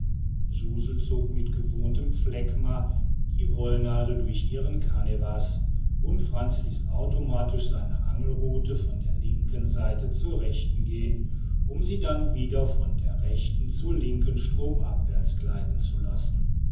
suzel zog mit gewohntem phlegma die wollnadel durch ihren kanevas und frantz ließ automatisch seine angelruthe von der linken seite zur rechten gehen um sie dann wieder von der rechten zur linken stromabwärts gleiten zu lassen